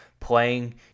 playing